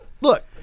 look